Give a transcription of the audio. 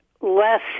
less